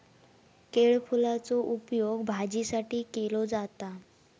केळफुलाचो उपयोग भाजीसाठी केलो जाता